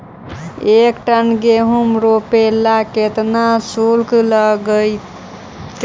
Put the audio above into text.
एक टन गेहूं रोपेला केतना शुल्क लगतई?